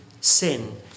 sin